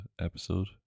episode